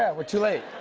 ah we're too late.